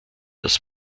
das